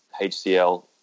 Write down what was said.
HCL